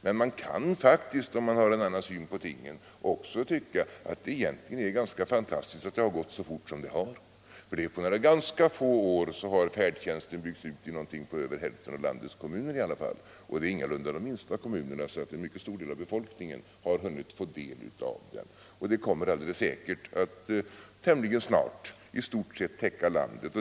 Men man kan faktiskt, om man har en annan syn på tingen, också tycka att det egentligen är ganska fantastiskt att det har gått så fort som det har gjort. På få år har färdtjänsten byggts ut i över hälften av landets kommuner. Det är ingalunda fråga om enbart de minsta kommunerna, så en mycket stor del av befolkningen har åtnjutit denna service. Tämligen snart kommer färdtjänsten att täcka hela landet.